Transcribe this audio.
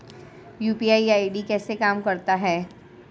UPI ID कैसे काम करता है?